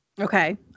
Okay